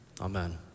Amen